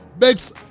makes